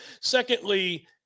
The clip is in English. Secondly